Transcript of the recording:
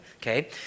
okay